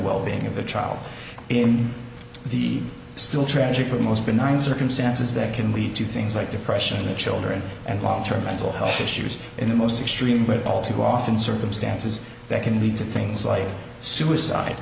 wellbeing of a child in the still tragic or most benign circumstances that can lead to things like depression and children and long term mental health issues in the most extreme but all too often circumstances that can lead to things like suicide